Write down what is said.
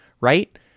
right